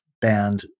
band